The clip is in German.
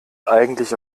eigentlich